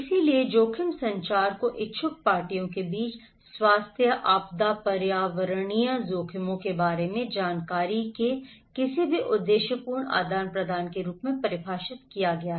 इसलिए जोखिम संचार को इच्छुक पार्टियों के बीच स्वास्थ्य आपदा पर्यावरणीय जोखिमों के बारे में जानकारी के किसी भी उद्देश्यपूर्ण आदान प्रदान के रूप में परिभाषित किया गया है